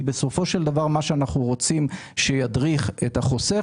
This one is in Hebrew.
מה שאנחנו רוצים שידריך את החוסך,